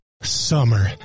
Summer